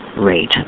rate